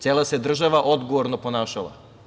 Cela se država odgovorno ponašala.